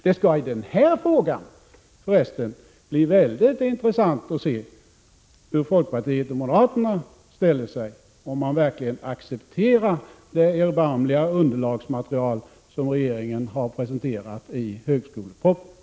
Det skall i denna fråga förresten bli mycket intressant att se hur folkpartiet och moderaterna ställer sig, dvs. om de verkligen accepterar det erbarmliga underlagsmaterial som regeringen har presenterat i högskolepropositionen.